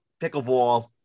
Pickleball